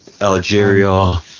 Algeria